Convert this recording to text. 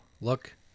look